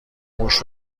موش